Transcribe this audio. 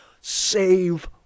save